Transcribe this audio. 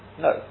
no